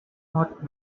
not